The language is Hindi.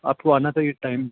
आपको आना था इस टाइम